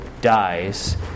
dies